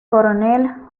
coronel